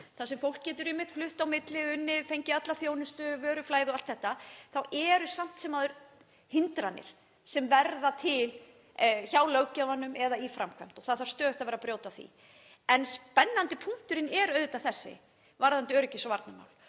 þar sem fólk getur einmitt flutt á milli, unnið, fengið alla þjónustu, vöruflæði og allt þetta, þá eru samt sem áður hindranir sem verða til hjá löggjafanum eða í framkvæmd og það þarf stöðugt að vera að brjóta á því. En spennandi punkturinn er auðvitað þessi varðandi öryggis- og varnarmál